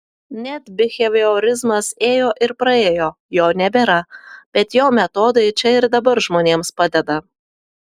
net biheviorizmas ėjo ir praėjo jo nebėra bet jo metodai čia ir dabar žmonėms padeda